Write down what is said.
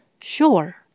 Sure